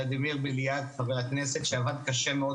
חבר הכנסת ולדימיר בליאק שעבד קשה מאוד